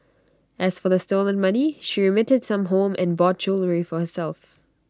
as for the stolen money she remitted some home and bought jewellery for herself